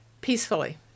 peacefully